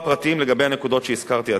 כמה פרטים לגבי הנקודות שהזכרתי עתה.